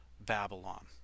Babylon